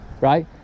right